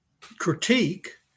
critique